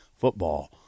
football